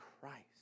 Christ